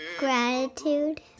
gratitude